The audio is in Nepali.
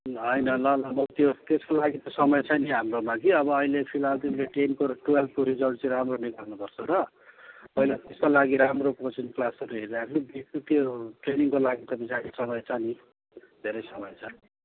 होइन ल ल म त्यो त्यसको लागि त समय छ नि हाम्रोमा कि अब अहिले फिलहाल तिमीले टेनको र टुवेल्भको रिजल्ट चाहिँ राम्रो निकाल्नुपर्छ र पहिला त्यसको लागि राम्रो कोचिङ क्लासहरू हेरिराख्नु त्यो ट्रेनिङको लागि त पछाडी समय छ नि धेरै समय छ